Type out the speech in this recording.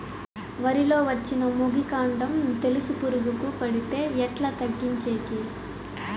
వరి లో వచ్చిన మొగి, కాండం తెలుసు పురుగుకు పడితే ఎట్లా తగ్గించేకి?